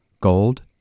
gold